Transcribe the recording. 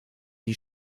die